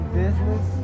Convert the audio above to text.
business